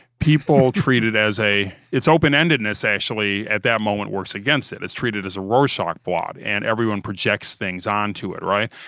people treat it as a, it's open-endedness actually at that moment works against it. it's treated as a rorschach blot and everyone projects things onto it, right?